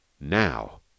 now